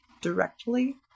directly